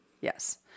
yes